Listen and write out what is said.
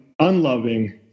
unloving